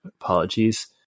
Apologies